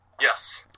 Yes